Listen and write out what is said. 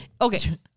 Okay